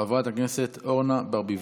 חברת הכנסת אורנה ברביבאי,